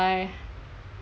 I